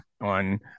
on